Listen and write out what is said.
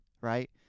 Right